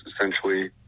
essentially